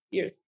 Years